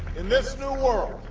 in this new world,